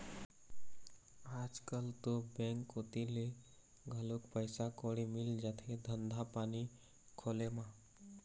आजकल तो बेंक कोती ले घलोक पइसा कउड़ी मिल जाथे धंधा पानी खोले म